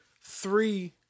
three